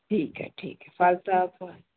ठीकु आहे ठीकु आहे फ़ालसा फ़